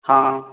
ହଁ